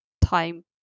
time